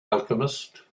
alchemist